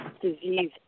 disease